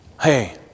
Hey